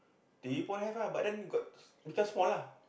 T_V point have ah but then got because small lah